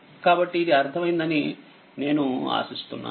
కాబట్టి ఇదిఅర్ధమయిందనినేనుఆశిస్తున్నాను